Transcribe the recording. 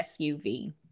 SUV